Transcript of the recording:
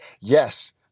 Yes